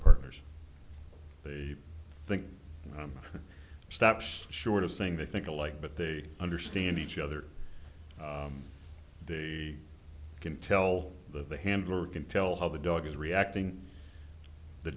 partners they think stops short of saying they think alike but they understand each other they can tell that the handler can tell how the dog is reacting the